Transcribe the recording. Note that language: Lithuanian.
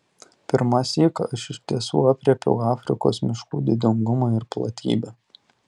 pirmąsyk aš iš tiesų aprėpiau afrikos miškų didingumą ir platybę